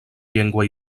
llengua